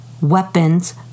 weapons